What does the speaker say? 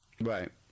Right